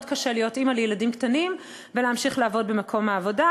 קשה להיות אימא לילדים קטנים ולהמשיך לעבוד במקום העבודה.